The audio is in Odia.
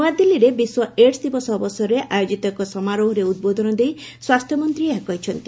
ନୂଆଦିଲ୍ଲୀରେ ବିଶ୍ୱ ଏଡ୍ସ ଦିବସ ଅବସରରେ ଆୟୋଜିତ ଏକ ସମାରୋହରେ ଉଦ୍ବୋଧନ ଦେଇ ସ୍ୱାସ୍ଥ୍ୟମନ୍ତ୍ରୀ ଏହା କହିଛନ୍ତି